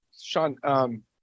Sean